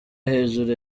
hejuru